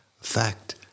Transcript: fact